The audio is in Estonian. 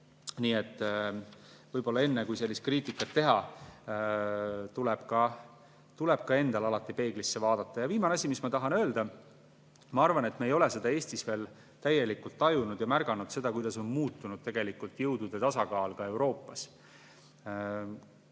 Nii et võib-olla enne, kui sellist kriitikat teha, tuleb ka endal alati peeglisse vaadata. Ja viimane asi, mis ma tahan öelda. Ma arvan, et me ei ole seda Eestis veel täielikult tajunud ja märganud seda, kuidas on muutunud jõudude tasakaal Euroopas.